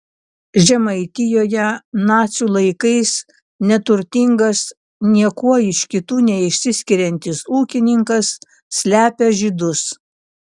žemaitijoje nacių laikais neturtingas niekuo iš kitų neišsiskiriantis ūkininkas slepia žydus